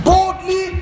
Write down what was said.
Boldly